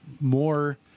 more